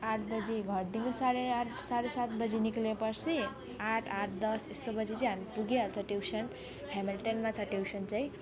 आठ बजी घरदेखिको साढे आठ साढे सात बजी निस्केपछि आठ आठ दस यस्तो बजी चाहिँ हामी पुगिहाल्छ ट्युसन हेमिल्टनमा छ ट्युसन चाहिँ